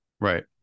Right